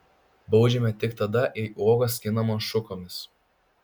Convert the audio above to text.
baudžiame tik tada jei uogos skinamos šukomis